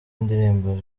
indirimbo